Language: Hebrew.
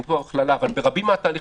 ברבים מהתהליכים,